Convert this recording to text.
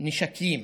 נשקים